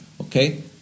okay